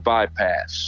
Bypass